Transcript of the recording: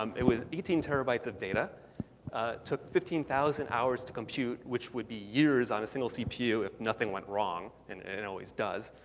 um it was eighteen terabytes of data. it took fifteen thousand hours to compute, which would be years on a single cpu if nothing went wrong. and it always does.